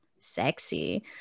sexy